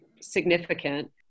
significant